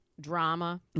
Drama